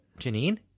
janine